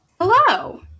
hello